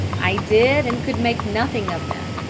i did, and could make nothing of them.